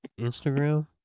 Instagram